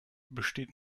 besteht